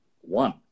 One